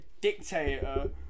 dictator